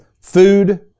food